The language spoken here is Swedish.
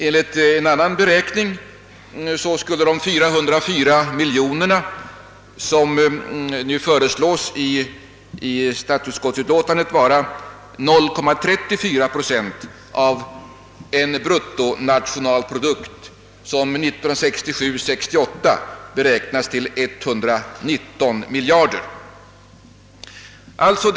Enligt en annan beräkning skulle de 404 miljoner, som nu föreslås i statsutskottsutlåtandet, motsvara 0,34 procent av bruttonationalprodukten som 1967/ 68 beräknas till 119 miljarder kronor.